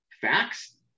facts